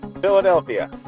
Philadelphia